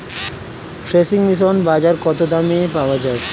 Threshing machine বাজারে কত দামে পাওয়া যায়?